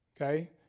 Okay